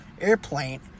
airplane